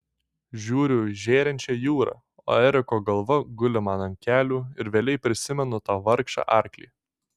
žiūriu į žėrinčią jūrą o eriko galva guli man ant kelių ir vėlei prisimenu tą vargšą arklį